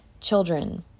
Children